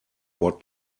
what